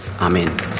Amen